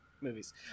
Movies